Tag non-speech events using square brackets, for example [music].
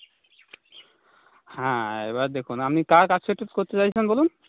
হ্যাঁ এবার দেখুন আমি কার কাছে [unintelligible] করতে চাইছেন বলুন